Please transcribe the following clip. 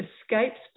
escapes